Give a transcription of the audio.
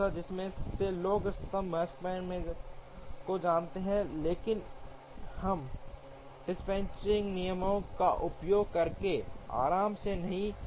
जिसके लिए लोग इष्टतम Makespan को जानते थे लेकिन हम डिस्पैचिंग नियमों का उपयोग करके आराम से नहीं मिल पा रहे हैं